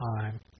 time